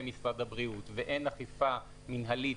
משרד הבריאות ואין אכיפה מינהלית,